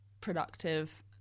productive